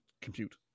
compute